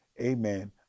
amen